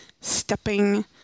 stepping